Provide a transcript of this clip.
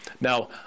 Now